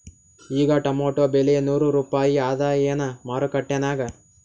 ಈಗಾ ಟೊಮೇಟೊ ಬೆಲೆ ನೂರು ರೂಪಾಯಿ ಅದಾಯೇನ ಮಾರಕೆಟನ್ಯಾಗ?